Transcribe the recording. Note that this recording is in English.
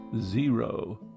zero